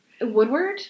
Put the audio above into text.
Woodward